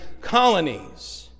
colonies